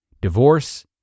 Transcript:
divorce